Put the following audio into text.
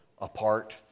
apart